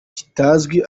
kitazwi